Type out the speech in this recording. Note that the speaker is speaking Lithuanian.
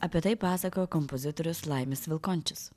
apie tai pasakojo kompozitorius laimis vilkončius